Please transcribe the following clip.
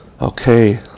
Okay